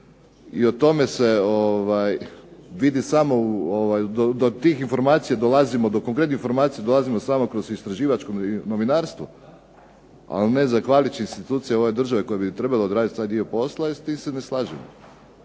i o tome se vidi samo do konkretnih informacija dolazimo samo kroz istraživačko novinarstvo, a ne zahvaljujući institucije ove države koje bi trebale odraditi taj dio posla i s tim se ne slažem.